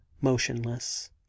motionless